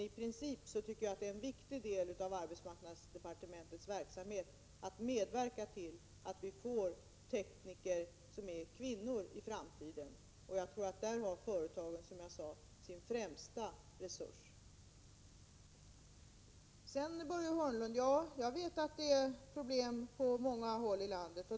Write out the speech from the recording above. I princip tycker jag att en viktig del i arbetsmarknadsdepartementets verksamhet är att medverka till att vi i framtiden får tekniker som är kvinnor. Jag tror att företagen, som jag sade, där har sin främsta resurs. Jag vet, Börje Hörnlund, att det är problem på många håll i landet.